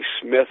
Smith